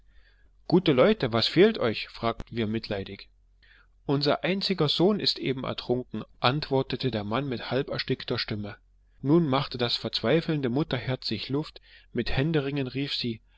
gute leute was fehlt euch fragten wir mitleidig unser einziger sohn ist eben ertrunken antwortete der mann mit halb erstickter stimme nun machte das verzweifelnde mutterherz sich luft mit händeringen rief sie